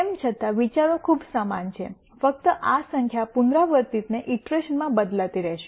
તેમ છતાં વિચારો ખૂબ સમાન છે ફક્ત આ સંખ્યા પુનરાવૃત્તિને ઇટરેશનમાં બદલતી રહેશે